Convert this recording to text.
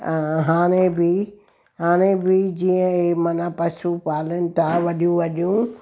हाणे बि हाणे बि जीअं इहे माना पशु पालन था वॾियूं वॾियूं